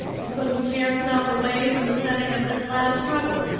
it couldn't tear itself away from the setting of this last struggle,